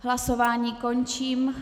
Hlasování končím.